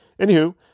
anywho